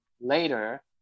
later